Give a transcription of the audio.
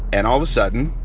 and all of a sudden,